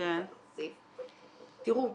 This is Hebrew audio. תראו,